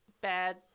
bad